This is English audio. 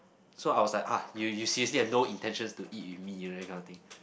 so I was like ah you seriously has no intentions to eat with me that kind of thing